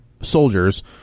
soldiers